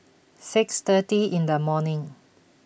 six thirty in the morning